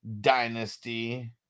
dynasty